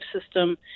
system